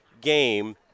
game